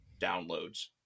downloads